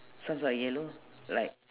socks are yellow like